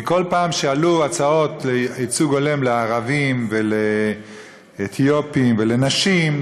כי כל פעם שעלו הצעות ייצוג הולם לערבים ולאתיופים ולנשים,